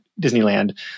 Disneyland